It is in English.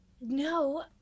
No